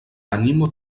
animo